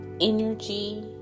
energy